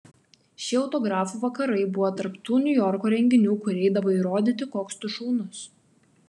šie autografų vakarai buvo tarp tų niujorko renginių kur eidavai įrodyti koks tu šaunus